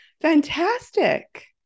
fantastic